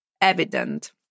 evident